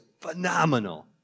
phenomenal